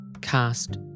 cast